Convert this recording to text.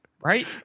right